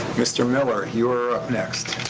mr. miller, you're up next.